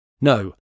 No